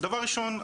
דבר ראשון,